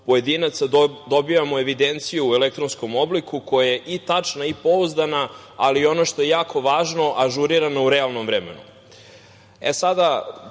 pojedinca dobijamo evidenciju u elektronskom obliku koja je i tačna i pouzdana, ali i ono što je jako važno, ažurirana u realnom